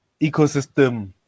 ecosystem